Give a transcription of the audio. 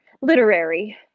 literary